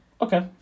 Okay